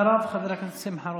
אחריו, חבר הכנסת שמחה רוטמן.